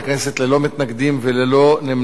ללא מתנגדים וללא נמנעים,